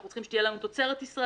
אנחנו צריכים שתהיה לנו תוצרת ישראלית.